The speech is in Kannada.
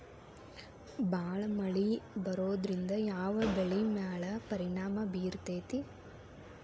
ಭಾಳ ಮಳಿ ಬರೋದ್ರಿಂದ ಯಾವ್ ಬೆಳಿ ಮ್ಯಾಲ್ ಪರಿಣಾಮ ಬಿರತೇತಿ?